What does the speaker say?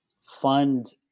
fund